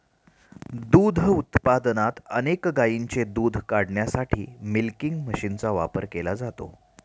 दूध उत्पादनात अनेक गायींचे दूध काढण्यासाठी मिल्किंग मशीनचा वापर केला जातो